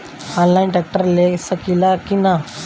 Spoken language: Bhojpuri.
आनलाइन ट्रैक्टर ले सकीला कि न?